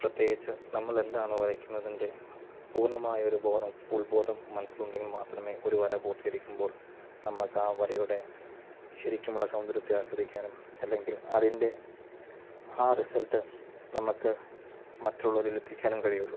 പ്രത്യേകിച്ച് നമ്മൾ എന്താണോ വരയ്ക്കുന്നതിൻ്റെ പൂർണ്ണമായൊരു ബോധം ഉൾബോധം മനസ്സിലുണ്ടെങ്കിൽ മാത്രമേ ഒരു വര പൂർത്തീകരിക്കുമ്പോൾ നമുക്ക് ആ വരയുടെ ശരിക്കുമുള്ള സൗന്ദര്യത്തെ ആസ്വദിക്കാനും അല്ലെങ്കിൽ അതിൻ്റെ ആ റിസൾട്ട് നമുക്ക് മറ്റുള്ളവരിൽ എത്തിക്കാനും കഴിയുള്ളൂ